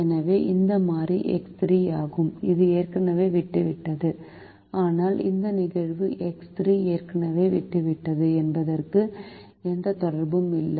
எனவே இந்த மாறி எக்ஸ் 3 ஆகும் இது ஏற்கனவே விட்டுவிட்டது ஆனால் இந்த நிகழ்வு எக்ஸ் 3 ஏற்கனவே விட்டுவிட்டது என்பதற்கும் எந்த தொடர்பும் இல்லை